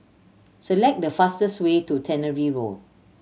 select the fastest way to Tannery Road